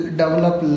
develop